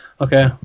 Okay